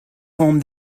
home